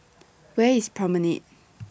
Where IS Promenade